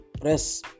press